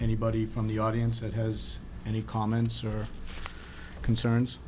anybody from the audience that has any comments or concerns